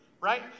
Right